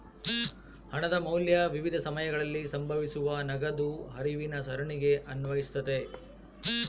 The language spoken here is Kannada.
ಹಣದ ಮೌಲ್ಯ ವಿವಿಧ ಸಮಯಗಳಲ್ಲಿ ಸಂಭವಿಸುವ ನಗದು ಹರಿವಿನ ಸರಣಿಗೆ ಅನ್ವಯಿಸ್ತತೆ